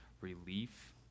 relief